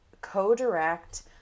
co-direct